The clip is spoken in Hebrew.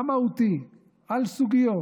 המהותי על סוגיות,